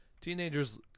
teenagers